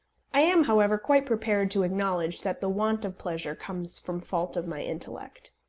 i am, however, quite prepared to acknowledge that the want of pleasure comes from fault of my intellect.